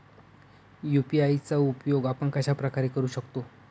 UPI चा उपयोग आपण कशाप्रकारे करु शकतो?